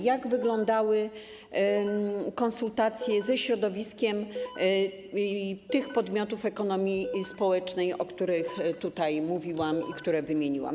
Jak wyglądały konsultacje ze środowiskiem tych podmiotów ekonomii społecznej, o których mówiłam i które wymieniłam?